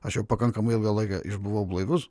aš jau pakankamai ilgą laiką išbuvau blaivus